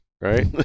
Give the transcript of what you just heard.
right